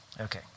Okay